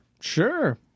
Sure